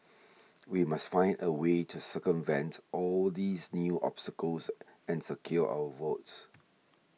we must find a way to circumvent all these new obstacles and secure our votes